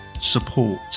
support